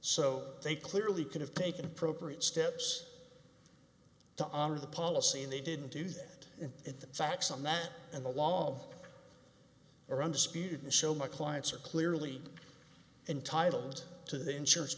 so they clearly could have taken appropriate steps to honor the policy and they didn't do that if the facts on that and the law are undisputed and show my clients are clearly entitled to the insurance